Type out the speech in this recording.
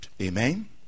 amen